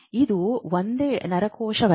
ಇದು ಒಂದೇ ನರಕೋಶವಲ್ಲ